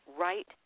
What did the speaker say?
right